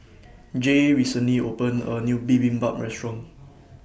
Jaye recently opened A New Bibimbap Restaurant